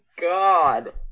God